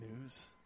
news